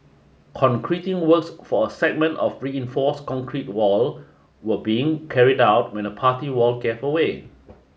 concreting works for a segment of reinforced concrete wall were being carried out when the party wall gave way